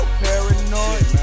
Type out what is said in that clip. paranoid